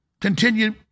continue